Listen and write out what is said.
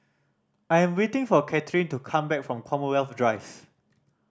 I am waiting for Katherine to come back from Commonwealth Drive